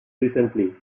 recently